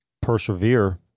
persevere